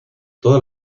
todas